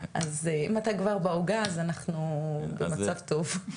אז אם אתה כבר בעוגה אז אנחנו במצב טוב.